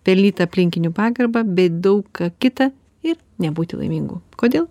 pelnyt aplinkinių pagarbą bei daug ką kitą ir nebūti laimingu kodėl